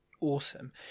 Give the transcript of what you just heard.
Awesome